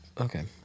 Okay